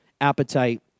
appetite